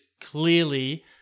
clearly